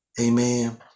Amen